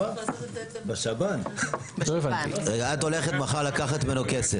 רגע, את הולכת מחר לקחת ממנו כסף.